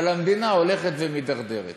אבל המדינה הולכת ומידרדרת,